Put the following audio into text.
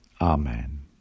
Amen